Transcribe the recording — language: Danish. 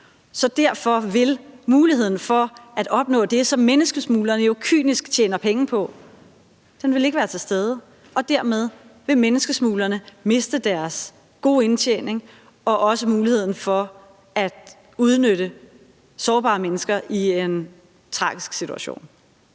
Derfor vil muligheden for at opnå det, som menneskesmuglerne jo kynisk tjener penge på, ikke være til stede, og derved vil menneskesmuglerne miste deres gode indtjening og også muligheden for at udnytte sårbare mennesker i en tragisk situation.